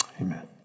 Amen